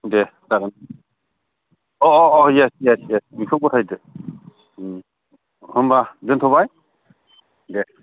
दे जागोन जागोन अ एस एस एस नोंसोर गथायदो दे होमब्ला दोनथ'बाय दे